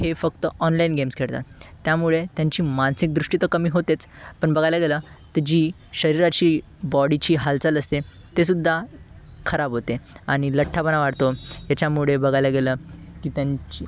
हे फक्त online games खेळतात त्यामुळे त्यांची मानसिक दृष्टी तर कमी होतेच पण बघायला गेलं तर जी शरीराची बॉडीची हालचाल असते तीसुद्धा खराब होते आणि लठ्ठपणा वाढतो येच्यामुळे बघायला गेलं की त्यांची